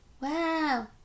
wow